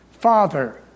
Father